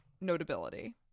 notability